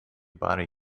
body